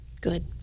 Good